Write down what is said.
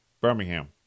Birmingham